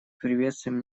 приветствуем